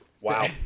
Wow